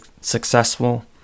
successful